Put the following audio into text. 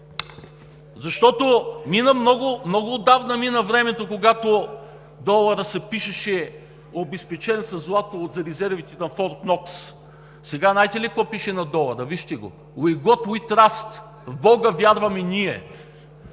Защото много отдавна мина времето, когато на долара се пишеше: „обезпечен със злато от резервите на Форт Нокс“. Сега знаете ли какво пише на долара? Вижте го: „in God we trust“ – „в Бога ние